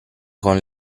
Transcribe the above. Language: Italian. con